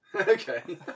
Okay